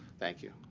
thank you.